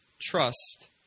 trust